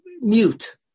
mute